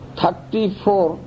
thirty-four